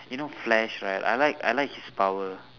you know flash right I like I like his power